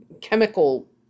chemical